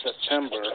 September